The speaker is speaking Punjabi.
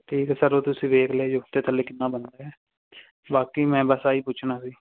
ਠੀਕ ਹੈ ਸਰ ਉਹ ਤੁਸੀਂ ਵੇਖ ਲਈਓ ਉੱਤੇ ਥੱਲੇ ਕਿੰਨਾ ਬਣ ਰਿਹਾ ਬਾਕੀ ਮੈਂ ਬਸ ਆਹੀ ਪੁੱਛਣਾ ਸੀ